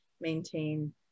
maintain